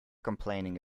complaining